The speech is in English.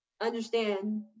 understand